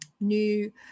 new